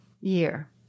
year